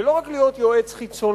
ולא רק להיות יועץ חיצוני,